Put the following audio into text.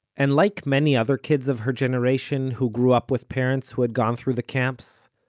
and like many other kids of her generation who grew up with parents who had gone through the camps,